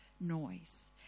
noise